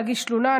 להגיש תלונה.